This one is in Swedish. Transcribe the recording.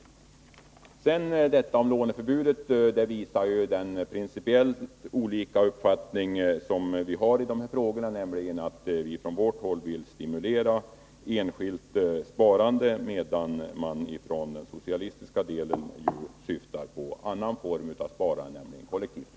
Vad sedan gäller en skärpning av låneförbudet framgår de olika uppfattningar som vi har i dessa frågor, nämligen att vi från vårt håll vill stimulera enskilt sparande medan den socialistiska delen syftar på en annan form av sparande, nämligen det kollektiva.